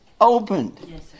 opened